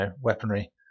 weaponry